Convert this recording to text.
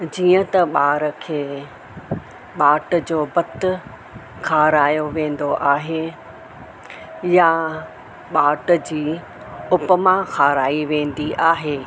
जीअं त ॿार खे ॿाट जो भतु खारायो वेंदो आहे या ॿाट जी उपमां खाराई वेंदी आहे